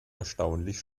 erstaunlich